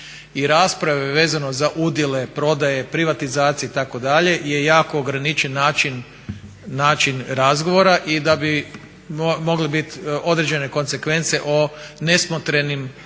I rasprave vezane za udjele, prodaje, privatizaciju itd. je jako ograničen način razgovora. I da bi mogle biti određene konsekvence o nesmotrenim